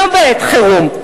לא בעת חירום,